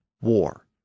war